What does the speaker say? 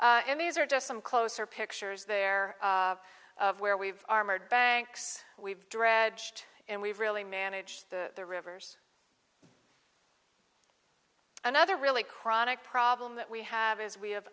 and these are just some closer pictures there of where we've armored banks we've dragged and we've really managed the rivers another really chronic problem that we have is we have